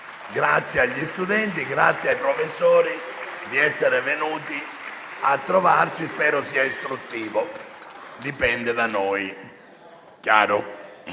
Grazie agli studenti e grazie ai professori di essere venuti a trovarci. Spero sia istruttivo, dipende da noi.